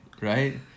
Right